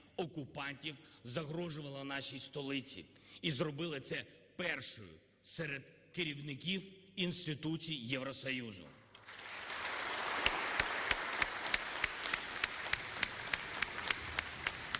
окупантів загрожувала нашій столиці, і зробили це першою серед керівників інституцій Євросоюзу.